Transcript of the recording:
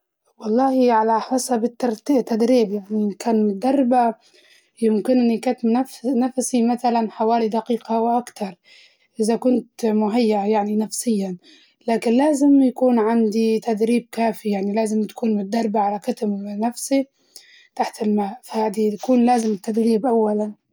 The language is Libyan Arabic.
والله حسب الترتي- التدريب يعني عن كان متدربة يمكنني كتم نف- نفسي متلاً حوالي دقيقة وأكتر، إزا كنت مهيأة يعني نفسياً لكن لازم يكون عندي تدريب كافي يعني لازم تكون متدربة على كتم نفسي تحت الماء، فهادي تكون لازم تدريب أولاً.